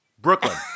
Brooklyn